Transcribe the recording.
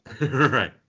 Right